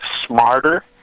smarter